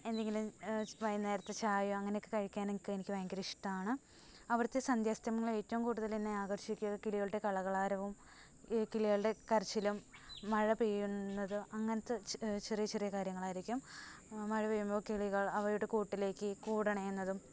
എന്തെങ്കിലും വൈകുന്നേരത്തെ ചായയോ അങ്ങനെയൊക്കെ കഴിക്കാനൊക്കെ എനിക്ക് ഭയങ്കര ഇഷ്ടമാണ് അവിടുത്തെ സന്ധ്യാസ്തമനങ്ങളിൽ ഏറ്റവും കൂടുതലെന്നെ ആകർഷിക്കുക കിളികളുടെ കളകളാരവം ഈ കിളികളുടെ കരച്ചിലും മഴ പെയ്യുന്നത് അങ്ങനെത്തെ ചെറിയ ചെറിയ കാര്യങ്ങളായിരിക്കും മഴ പെയ്യുമ്പോൾ കിളികൾ അവയുടെ കൂട്ടിലേക്ക് കൂടണയുന്നതും